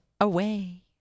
away